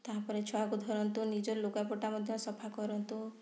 ତା'ପରେ ଛୁଆକୁ ଧରନ୍ତୁ ନିଜ ଲୁଗାପଟା ମଧ୍ୟ ସଫା କରନ୍ତୁ